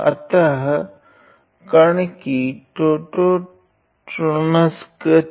अतः कण की टोटोच्रोनस गति